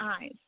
eyes